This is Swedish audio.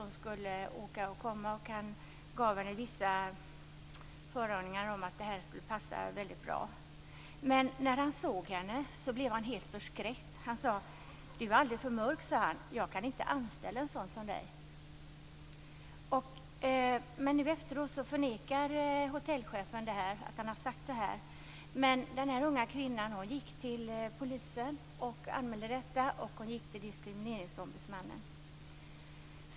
Han gav henne också vissa förhoppningar om att hon skulle passa väldigt bra för arbetet. Men när hotellchefen såg den unga kvinnan blev han helt förskräckt. Han sade: Du är alldeles för mörk. Jag kan inte anställa en sådan som du. Nu efteråt förnekar hotellchefen att han har sagt så. Men den unga kvinnan anmälde detta till polisen och diskrimineringsombudsmannen.